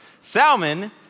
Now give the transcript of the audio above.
Salmon